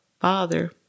Father